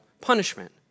punishment